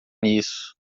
nisso